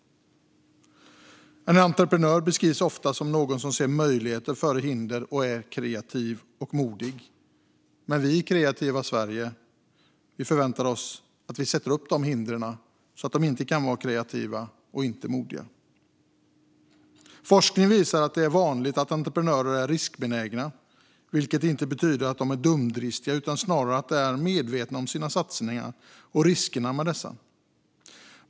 En entreprenör beskrivs ofta som någon som ser möjligheter före hinder och är kreativ och modig. Men vi i det administrativa Sverige sätter upp hinder så att de inte kan vara kreativa och modiga. Forskning visar att det är vanligt att entreprenörer är riskbenägna, vilket inte betyder att de är dumdristiga utan snarare medvetna om riskerna med sina satsningar.